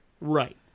Right